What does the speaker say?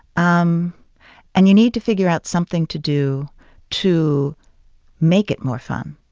um and you need to figure out something to do to make it more fun.